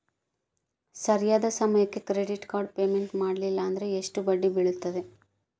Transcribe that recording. ಸರಿಯಾದ ಸಮಯಕ್ಕೆ credit card payment ಮಾಡಲಿಲ್ಲ ಅಂದ್ರೆ ಎಷ್ಟು ಬಡ್ಡಿ ಬೇಳ್ತದ?